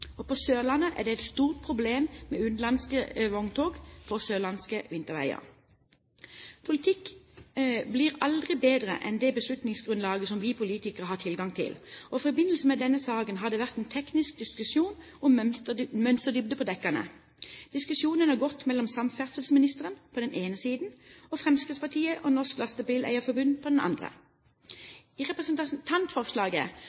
det. På Sørlandet er det et stort problem med utenlandske vogntog på sørlandske vinterveier. Politikk blir aldri bedre enn det beslutningsgrunnlaget som vi politikere har tilgang til, og i forbindelse med denne saken har det vært en teknisk diskusjon om mønsterdybde på dekkene. Diskusjonen har gått mellom samferdselsministeren på den ene siden og Fremskrittspartiet og Norges Lastebileier-Forbund på den